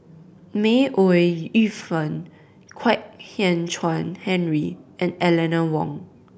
May Ooi Yu Fen Kwek Hian Chuan Henry and Eleanor Wong